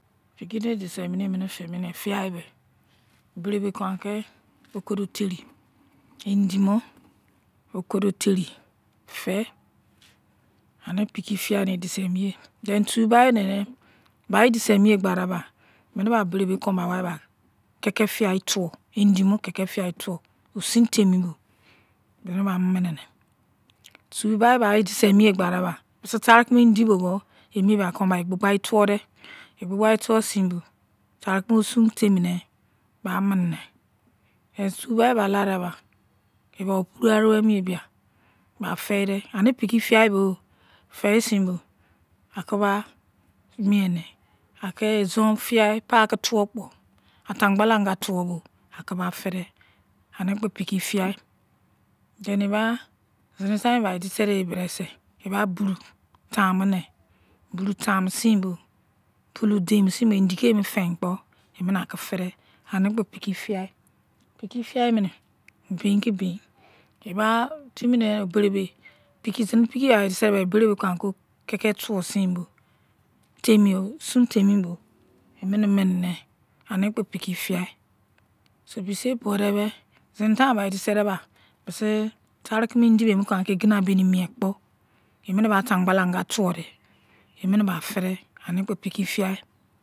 oniniber fujar ediremi jei gbardei bai pikir fijai me beribe kou aki okudo teri indi mo ten fer ani pibi fingar ediseninge then tuo bai mimine pai beribe bai ediseni bada ba emmini kou aki kekefijai tuwo indi mo keike fiyai turo osun tema bo emini ba minine enbai bai edieeninge gba deibac bis, farukemii indi bo kpo war egbigbai tawudai tuwo sin bo tarakumo osun ber femmine bai minine iba opuru opur fenis nei figar bo temi sein bo aku ba mirne aki zini fujai brake tuwo kpo fördes afangbala nga tuwo obo ba feider anikpopiki fingar then bai zini fuime bai edispe hamusin bo pulu kon maki ferfer ani opo opo pilipigai piks pugai mine blin ibai timi nes beribe zini piki bài edisebo aba beribe kake tumo sin bo osin tarin bo lumini minine am de time ser eba buru tamune burn bpo piki fiyai bisiyer bowuden bi sinifine bài odiebarda bisi faru kime beri lomake milor, dimint ba afangbala ngai tuwoder